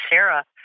Sarah